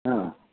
हा